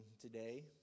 today